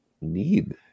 need